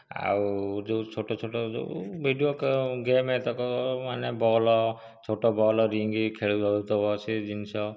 ଆଉ ଯେଉଁ ଛୋଟ ଛୋଟ ଯେଉଁ ଭିଡ଼ିଓ ଗେମ ଏତକ ମାନେ ବଲ ଛୋଟ ବଲ ରିଙ୍ଗ ଖେଳ ହେଉଥିବ ସେହି ଜିନିଷ